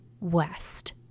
west